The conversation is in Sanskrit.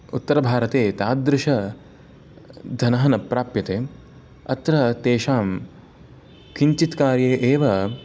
उत्तरभारते तादृशधनं न प्राप्यते अत्र तेषां किञ्चित् कार्ये एव